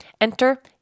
Enter